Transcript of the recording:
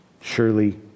Surely